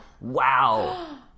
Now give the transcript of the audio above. wow